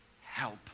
help